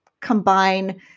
combine